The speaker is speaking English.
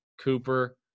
cooper